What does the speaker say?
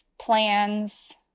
plans